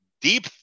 deep